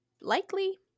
Likely